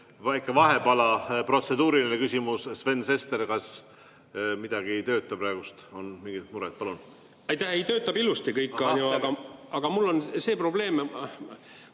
vahepala, protseduuriline küsimus. Sven Sester, kas midagi ei tööta praegu? On mingi mure? Aitäh! Ei, töötab ilusti kõik, aga mul on see probleem,